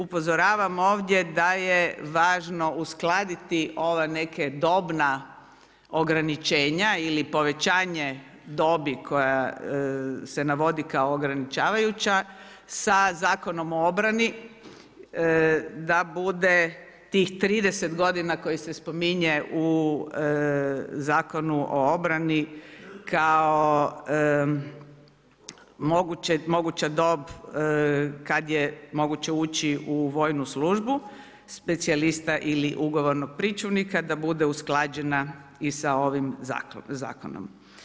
Upozorava ovdje da je važno uskladiti ova neka dobna ograničenja ili povećanje dobi koja se navodi kao ograničavajuća sa Zakonom o obrani da bude tih 30 godina koje se spominje u Zakonu o obrani kao moguća dob kada je moguće ući u vojnu službu specijalista ili ugovornog pričuvnika da bude usklađena i sa ovim zakonom.